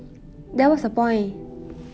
then what's the point